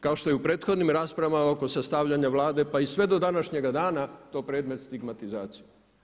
Kao što je u prethodnim raspravama oko sastavljanja Vlade pa i sve do današnjega dana to predmet stigmatizacije.